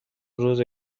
روز